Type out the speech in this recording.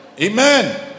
Amen